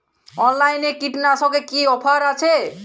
অনলাইনে কীটনাশকে কি অফার আছে?